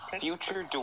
future